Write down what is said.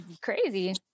crazy